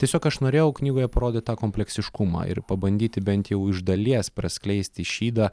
tiesiog aš norėjau knygoje parodyt tą kompleksiškumą ir pabandyti bent jau iš dalies praskleisti šydą